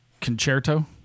concerto